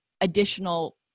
additional